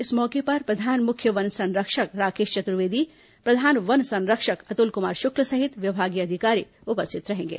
इस मौके पर प्रधान मुख्य वन संरक्षक राकेश चतुर्वेदी प्रधान वन संरक्षक अतुल कुमार शुक्ल सहित विभागीय अधिकारी उपस्थित रहेंगे